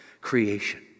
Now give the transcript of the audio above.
creation